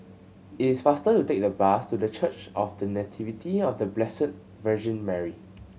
it is faster to take the bus to The Church of The Nativity of The Blessed Virgin Mary